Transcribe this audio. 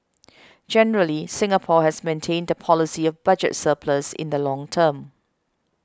generally Singapore has maintained the policy of budget surplus in the long term